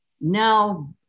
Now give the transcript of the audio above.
now